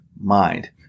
mind